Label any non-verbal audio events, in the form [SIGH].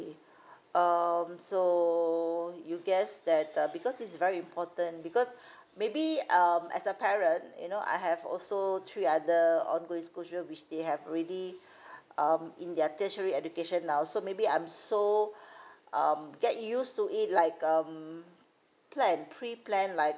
um so you guess that uh because this is very important because maybe um as a parent you know I have also three other on going school children which they have already [BREATH] um in their tertiary education now so maybe I'm so um get used to it like um plan pre plan like